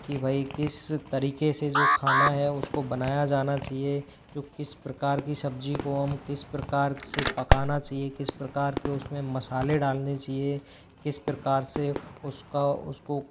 कि भाई किस तरीक़े से जो खाना है उस को बनाया जाना चाहिए जो किस प्रकार की सब्ज़ी को हम किस प्रकार से पकाना चाहिए किस प्रकार के उस में मसाले डालने चाहिए किस प्रकार से उस का उस को